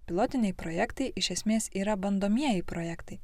pilotiniai projektai iš esmės yra bandomieji projektai